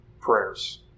prayers